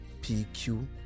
PQ